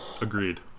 Agreed